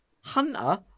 Hunter